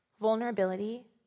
vulnerability